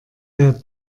der